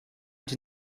did